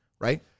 right